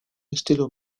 estilo